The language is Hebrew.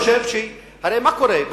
הרי מה קורה?